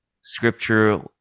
scripture